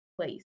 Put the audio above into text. place